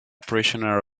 prisoner